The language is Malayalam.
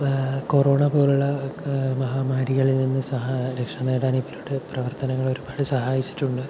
ഇപ്പോൾ കൊറോണ പോലുള്ള മഹാമാരികളിൽ നിന്ന് സഹായരക്ഷ നേടാന് ഇവരുടെ പ്രവർത്തനങ്ങൾ ഒരുപാട് സഹായിച്ചിട്ടുണ്ട്